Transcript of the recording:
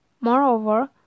Moreover